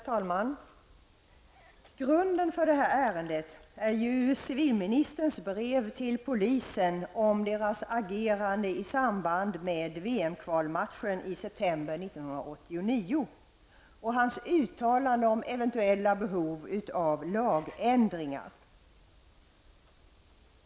Herr talman! Grunden för detta ärende är civilministerns brev till polisen om polisens agerande i samband med VM-kvalmatchen i september 1989 och hans uttalande om eventuella behov av lagändringar.